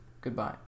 goodbye